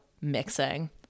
mixing